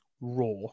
raw